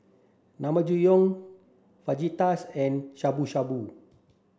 Naengmyeon Fajitas and Shabu Shabu